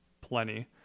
plenty